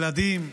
ילדים,